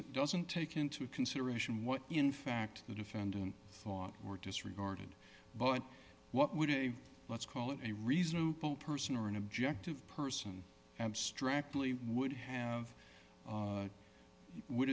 it doesn't take into consideration what in fact the defendant thought or disregarded but what would a let's call it a reasonable person or an objective person abstractly would have